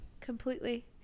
completely